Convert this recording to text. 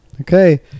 Okay